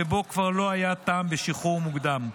שבו כבר לא היה טעם בשחרור מוקדם.